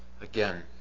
again